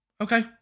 Okay